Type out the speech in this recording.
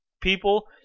people